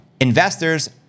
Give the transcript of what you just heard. investors